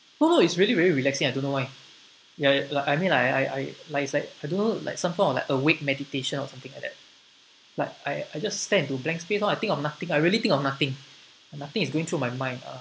no no is really very relaxing I don't know why ya lah like I mean I I like it's like I don't know like some sort of awake meditation or something like that but I I just stare into blank space lor I think of nothing I really think of nothing nothing is going through my mind uh